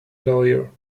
lawyer